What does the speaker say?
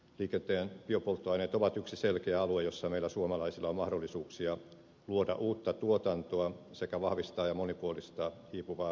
liikenteen biopolttoaineet ovat yksi selkeä alue jolla meillä suomalaisilla on mahdollisuuksia luoda uutta tuotantoa sekä vahvistaa ja monipuolistaa hiipuvaa teollisuuttamme